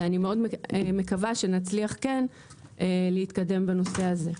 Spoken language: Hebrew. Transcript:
ואני מאוד מקווה שנצליח להתקדם בנושא הזה.